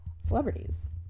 celebrities